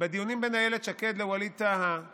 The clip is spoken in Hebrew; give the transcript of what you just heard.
בדיונים בין אילת שקד לווליד טאהא